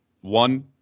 one